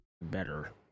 better